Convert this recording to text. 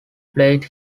played